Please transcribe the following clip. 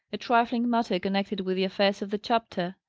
a trifling matter connected with the affairs of the chapter.